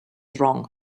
wrong